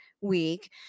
week